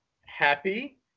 happy